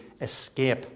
escape